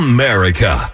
America